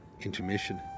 Intermission